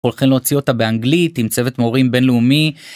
הולכים להוציא אותה באנגלית עם צוות מורים בינלאומי.